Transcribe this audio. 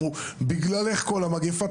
אמרו: בגללך כל המגפה.